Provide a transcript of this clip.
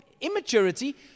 immaturity